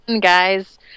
Guys